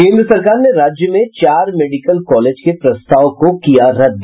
केंद्र सरकार ने राज्य में चार मेडिकल कॉलेज के प्रस्ताव को किया रद्द